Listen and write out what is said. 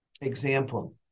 example